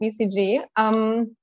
BCG